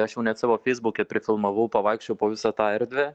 aš jau net savo feisbuke prifilmavau pavaikščiojau po visą tą erdvę